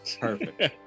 Perfect